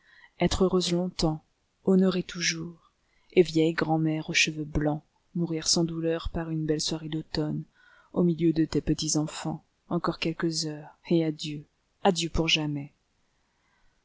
être heureuse longtemps honorée toujours et vieille grand'mère aux cheveux blancs mourir sans douleur par une belle soirée d'automne au milieu de tes petits-enfants encore quelques heures et adieu adieu pour jamais